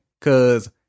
Cause